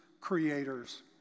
creators